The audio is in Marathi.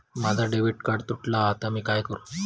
माझा डेबिट कार्ड तुटला हा आता मी काय करू?